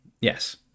Yes